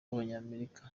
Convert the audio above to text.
w’abanyamerika